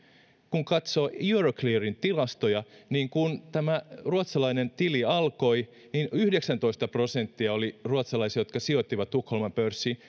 kun katsoo euroclearin tilastoja kun tämä ruotsalainen tili alkoi niin ruotsalaisista yhdeksäntoista prosenttia sijoitti tukholman pörssiin